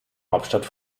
hauptstadt